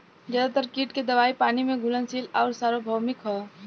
ज्यादातर कीट के दवाई पानी में घुलनशील आउर सार्वभौमिक ह?